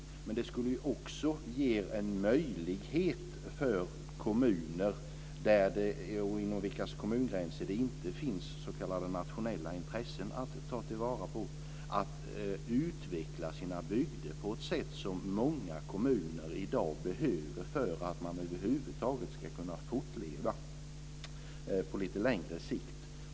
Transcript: För det andra skulle det ge en möjlighet för kommuner inom vilkas kommungränser det inte finns s.k. nationella intressen att ta till vara att utveckla sina bygder på ett sätt som många kommuner i dag behöver för att de över huvud taget ska kunna fortleva på lite längre sikt.